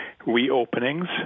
reopenings